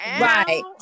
Right